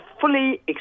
fully